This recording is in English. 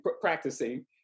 practicing